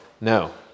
No